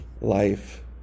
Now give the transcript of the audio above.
life